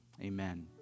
Amen